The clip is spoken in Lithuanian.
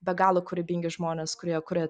be galo kūrybingi žmonės kurie kuria